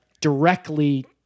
directly